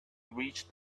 reached